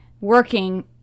working